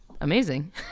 amazing